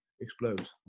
explodes